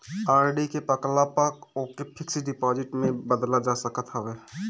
RD के पकला पअ ओके फिक्स डिपाजिट में बदल जा सकत हवे